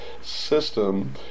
system